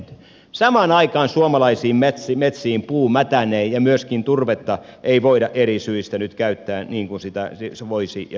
samaan aikaan suomalaisiin metsiin puu mätänee ja myöskään turvetta ei voida eri syistä nyt käyttää niin kuin sitä voisi käyttää ja soisi käytettävän